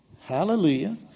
Hallelujah